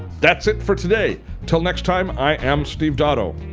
that's it for today. till next time, i am steve dotto.